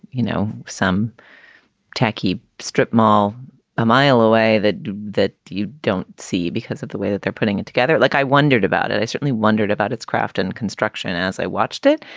you know, some tacky strip mall a mile away that that you don't see because of the way that they're putting it together? like i wondered about it. i certainly wondered about its craft and construction as i watched it,